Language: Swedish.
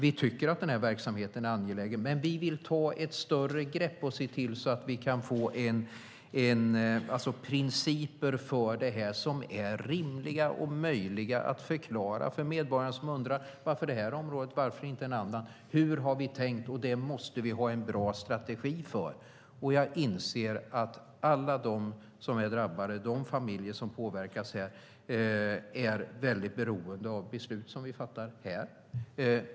Vi tycker att den här verksamheten är angelägen, men vi vill ta ett större grepp och se till att få principer för det här som är rimliga och möjliga att förklara för medborgare som undrar: Varför det här området och inte ett annat? Hur har ni tänkt? Det måste vi ha en bra strategi för. Jag inser att alla de familjer som påverkas av det här är beroende av beslut som vi fattar.